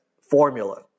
formula